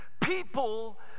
People